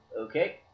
okay